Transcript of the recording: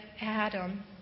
Adam